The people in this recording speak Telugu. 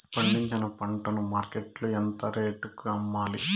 పండించిన పంట ను మార్కెట్ లో ఎంత రేటుకి అమ్మాలి?